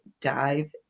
dive